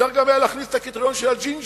אפשר גם היה להכניס את הקריטריון של הג'ינג'ים